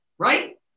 right